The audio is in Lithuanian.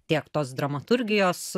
tiek tos dramaturgijos